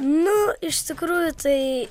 nu iš tikrųjų tai